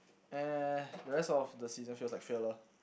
uh the rest of the season feels like fail lor